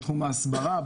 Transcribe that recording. ההסברה,